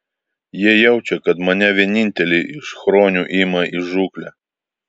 jie jaučia kad mane vienintelį iš chronių ima į žūklę